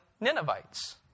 Ninevites